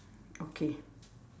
okay